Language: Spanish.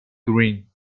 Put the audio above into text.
green